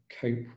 cope